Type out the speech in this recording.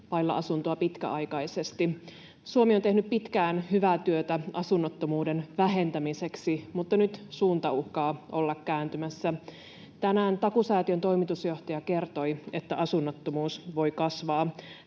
vailla asuntoa pitkäaikaisesti. Suomi on tehnyt pitkään hyvää työtä asunnottomuuden vähentämiseksi, mutta nyt suunta uhkaa olla kääntymässä. Tänään Takuusäätiön toimitusjohtaja kertoi, että asunnottomuus voi kasvaa.